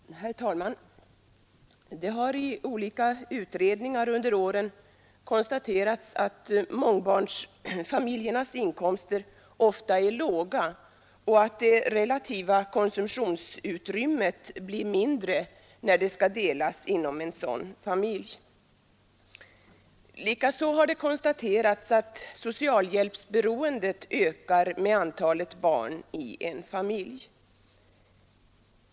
Herr talman! Det har i olika utredningar under åren konstaterats att mångbarnsfamiljernas inkomster ofta är låga och att det relativa konsumtionsutrymmet blir mindre när det skall delas inom en sådan familj. Likaså har det konstaterats att socialhjälpsberoendet ökar med antalet barn i en familj.